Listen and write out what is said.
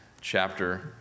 chapter